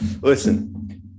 Listen